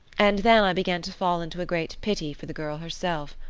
and then i began to fall into a great pity for the girl herself.